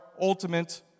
ultimate